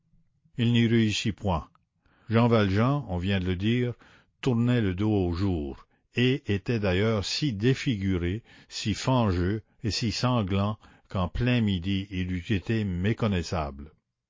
il n'y réussit point jean valjean on vient de le dire tournait le dos au jour et était d'ailleurs si défiguré si fangeux et si sanglant qu'en plein midi il eût été méconnaissable